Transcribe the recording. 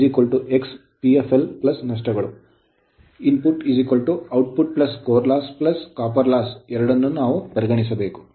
ಆದ್ದರಿಂದ input output core loss copper loss ತಾಮ್ರದ ನಷ್ಟ ಎರಡನ್ನೂ ನಾವು ಪರಿಗಣಿಸಬೇಕು